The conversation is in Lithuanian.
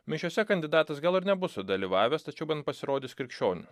mišiose kandidatas gal ir nebus sudalyvavęs tačiau bent pasirodys krikščioniu